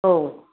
औ